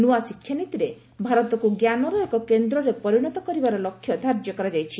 ନୂଆ ଶିକ୍ଷାନୀତିରେ ଭାରତକୁ ଜ୍ଞାନର ଏକ କେନ୍ଦ୍ରରେ ପରିଣତ କରିବାର ଲକ୍ଷ୍ୟ ଧାର୍ଯ୍ୟ କରାଯାଇଛି